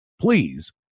please